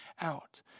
out